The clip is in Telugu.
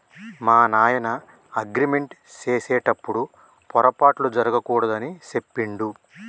మా నాయన అగ్రిమెంట్ సేసెటప్పుడు పోరపాట్లు జరగకూడదు అని సెప్పిండు